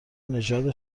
نژاد